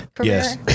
Yes